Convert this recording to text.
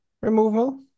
removal